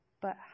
But